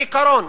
בעיקרון,